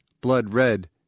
blood-red